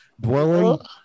dwelling